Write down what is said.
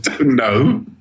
No